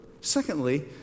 secondly